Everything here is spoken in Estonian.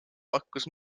pakkus